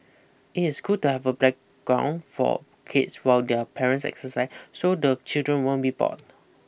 it is good to have a playground for kids while their parents exercise so the children won't be bored